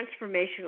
transformational